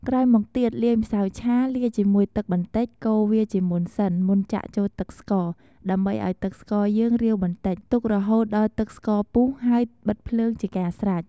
ក្រោយមកទៀតលាយម្សៅឆាលាយជាមួយទឹកបន្តិចកូរវាជាមុនសិនមុនចាក់ចូលទឹកស្ករដើម្បីឲ្យទឹកស្ករយើងរាវបន្តិចទុករហូតដល់ទឹកស្ករពុះហើយបិទភ្លើងជាការស្រេច។